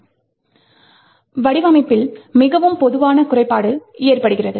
எனவே வடிவமைப்பில் மிகவும் பொதுவான குறைபாடு ஏற்படுகிறது